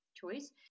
choice